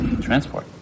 Transport